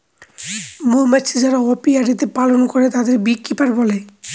মৌমাছি যারা অপিয়ারীতে পালন করে তাদেরকে বী কিপার বলে